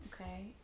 okay